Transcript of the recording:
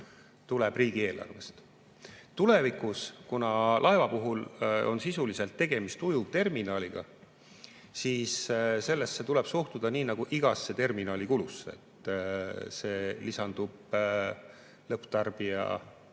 tuleb riigieelarvest. Tulevikus, kuna laeva puhul on sisuliselt tegemist ujuvterminaliga, siis sellesse tuleb suhtuda nii nagu igasse terminalikulusse. See lisandub lõpptarbijahinda,